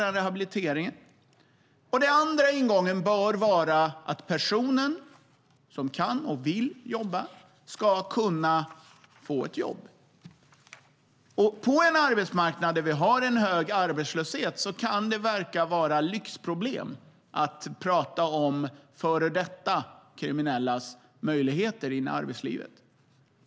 Den andra ingången bör vara att den person som kan och vill jobba ska kunna få ett jobb. På en arbetsmarknad med hög arbetslöshet kan det verka vara lyxproblem att tala om före detta kriminellas möjligheter att komma in i arbetslivet.